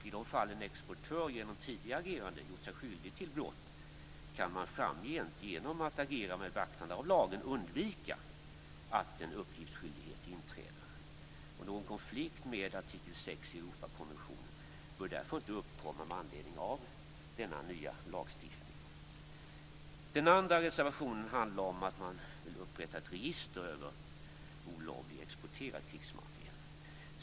I de fall en exportör genom tidigare agerande gjort sig skyldig till brott kan man framgent genom att agera med beaktande av lagen undvika att en uppgiftsskyldighet inträder. Någon konflikt med artikel 6 i Europakonventionen bör därför inte uppkomma med anledning av denna nya lagstiftning. Den andra reservationen handlar om att man vill upprätta ett register över olovligt exporterad krigsmateriel.